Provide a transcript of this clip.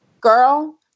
Girl